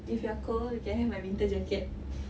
if you are cold you can have my winter jacket